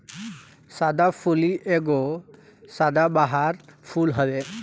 सदाफुली एगो सदाबहार फूल हवे